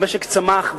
המשק צמח.